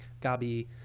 gabi